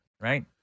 right